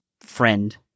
friend